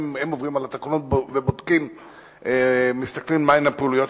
הם עוברים על התקנות ובודקים ומסתכלים מה הן הפעילויות